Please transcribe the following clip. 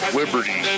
liberty